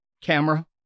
camera